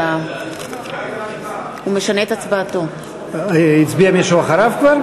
כבר הצביע מישהו אחריו?